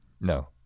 No